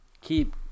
Keep